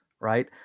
right